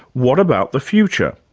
what about the future?